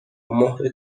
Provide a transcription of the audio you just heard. مهر